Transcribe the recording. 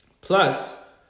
plus